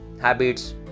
habits